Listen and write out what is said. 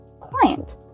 client